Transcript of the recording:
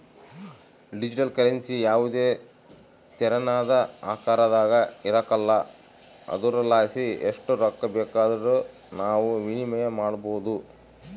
digital currency ಯಾವುದೇ ತೆರನಾದ ಆಕಾರದಾಗ ಇರಕಲ್ಲ ಆದುರಲಾಸಿ ಎಸ್ಟ್ ರೊಕ್ಕ ಬೇಕಾದರೂ ನಾವು ವಿನಿಮಯ ಮಾಡಬೋದು